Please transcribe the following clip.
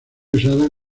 usada